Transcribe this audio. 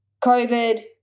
COVID